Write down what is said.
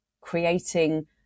creating